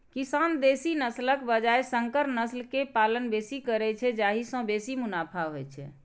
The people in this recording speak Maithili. किसान देसी नस्लक बजाय संकर नस्ल के पालन बेसी करै छै, जाहि सं बेसी मुनाफा होइ छै